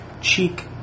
cheek